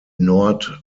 nord